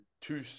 two